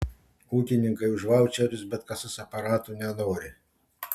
ūkininkai už vaučerius bet kasos aparatų nenori